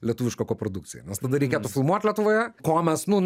lietuvišką koprodukciją nes tada reikėtų filmuot lietuvoje ko mes nu